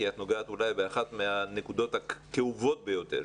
כי את נוגעת באחת מהנקודות הכאובות ביותר,